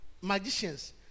magicians